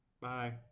Bye